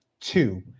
Two